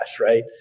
right